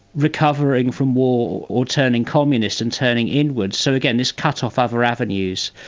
recovering from war or turning communist and turning inwards, so again, this cut off other avenues.